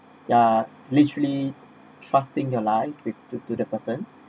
ya literally trusting your life with to to the person